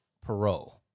parole